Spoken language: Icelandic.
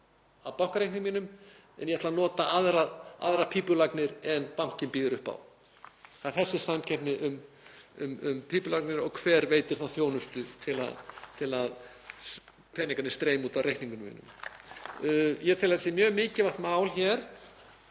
að bankareikningi mínum en ég ætla að nota aðrar pípulagnir en bankinn býður upp á. Þetta er þessi samkeppni um pípulagnir og hver veitir þá þjónustu til þess að peningarnir streymi út af reikningnum mínum. Ég tel að þetta sé mjög mikilvægt mál hér